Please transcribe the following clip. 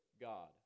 god